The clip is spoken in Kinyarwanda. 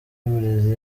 y’uburezi